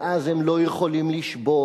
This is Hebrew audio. ואז הם לא יכולים לשבות,